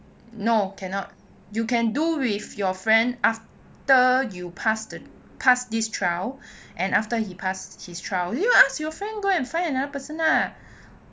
no cannot you can do with your friend after you pass the pass this trial and after he passed his trial you ask your friend go and find another person ah